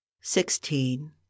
sixteen